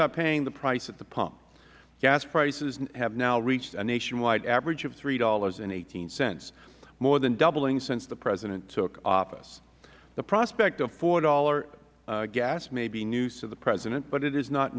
are paying the price at the pump gas prices have now reached a nationwide average of three dollars eighteen cents more than doubling since the president took office the prospect of four dollars gas may be news to the president but it is not